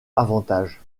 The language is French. avantage